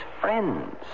friends